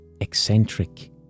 eccentric